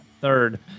third